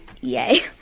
Yay